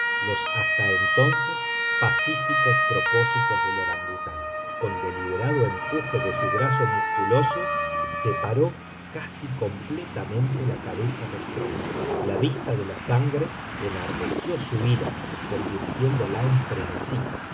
los hasta entonces pacíficos propósitos del orangután con deliberado empuje de su brazo musculoso separó casi completamente la cabeza del tronco la vista de la sangre enardeció su ira convirtiéndola en frenesí